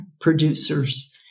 Producers